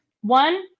one